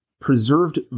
preserved